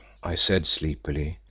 i said sleepily,